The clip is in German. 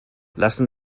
lassen